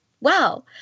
wow